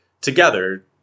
together